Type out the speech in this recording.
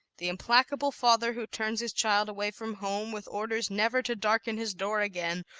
the implacable father who turns his child away from home, with orders never to darken his door again,